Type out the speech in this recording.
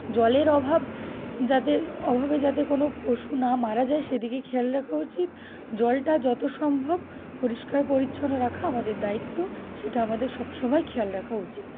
জলের অভাব যাতে অভাবে যাতে কোনো পশু না মারা যায় সেদিকে খেয়াল রাখা উচিত জলটা যত সম্ভব পরিষ্কার পরিচ্ছন্ন রাখা আমাদের দায়িত্ব সেটা আমাদের সব সমময় খেয়াল রাখা উচিত